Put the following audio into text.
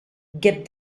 get